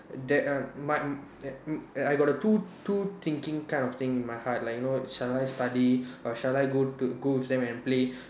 that uh my I got the two two thinking kind of thing in my heart like you know shall I study or shall I go to go with them and play